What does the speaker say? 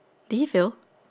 did he fail